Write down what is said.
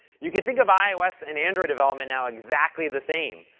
you can think of ios and android development now exactly the same,